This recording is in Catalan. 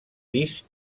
pis